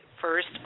first